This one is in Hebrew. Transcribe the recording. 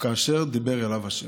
"כאשר דיבר אליו ה'".